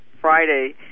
Friday